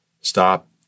Stop